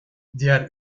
diğer